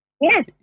Yes